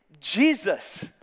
Jesus